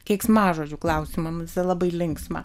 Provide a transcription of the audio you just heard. keiksmažodžių klausimam labai linksma